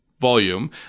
volume